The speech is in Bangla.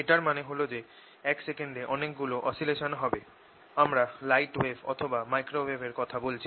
এটার মানে হল যে এক সেকেন্ডে অনেক গুলো অসিলেশন হবে আমরা লাইট ওয়েভ অথবা মাইক্রোওয়েভ এর কথা বলছি